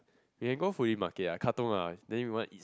we can go fully market ah Katong ah then you want eat